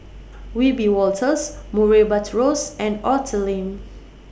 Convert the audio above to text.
Wiebe Wolters Murray Buttrose and Arthur Lim